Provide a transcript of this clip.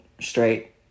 straight